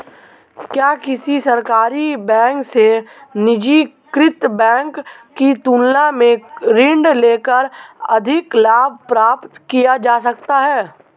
क्या किसी सरकारी बैंक से निजीकृत बैंक की तुलना में ऋण लेकर अधिक लाभ प्राप्त किया जा सकता है?